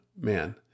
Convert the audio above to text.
man